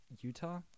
Utah